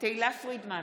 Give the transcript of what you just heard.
תהלה פרידמן,